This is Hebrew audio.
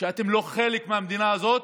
אתם לא חלק מהמדינה הזאת,